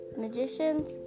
Magicians